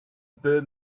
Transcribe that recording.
bird